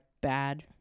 bad